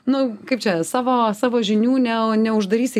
nu kaip čia savo savo žinių ne neuždarysi